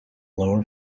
lower